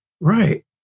right